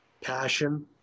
passion